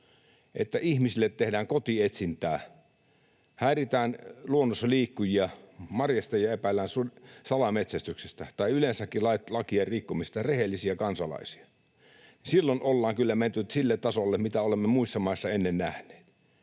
että ihmisille tehdään kotietsintää, häiritään luonnossa liikkujia, marjastajia epäillään salametsästyksestä, rehellisiä kansalaisia yleensäkin lakien rikkomisesta, niin silloin ollaan kyllä menty sille tasolle, mitä olemme muissa maissa ennen nähneet.